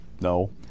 No